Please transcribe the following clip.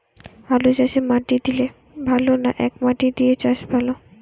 আলুচাষে মাটি দিলে ভালো না একমাটি দিয়ে চাষ ভালো?